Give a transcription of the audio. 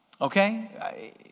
Okay